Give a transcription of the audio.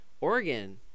Oregon